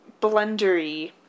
blundery